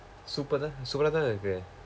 super-aa super-aa தானே இருக்கு:thaanee irukku